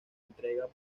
entrega